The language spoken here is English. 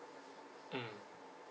mm